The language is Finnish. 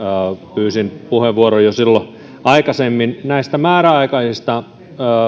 pyysin puheenvuoron jo silloin aikaisemmin näissä määräaikaisissa